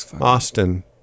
Austin